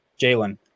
Jalen